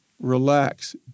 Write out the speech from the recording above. relax